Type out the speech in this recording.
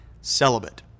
celibate